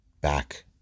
back